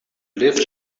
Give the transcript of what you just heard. lived